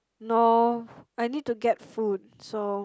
no I need to get food so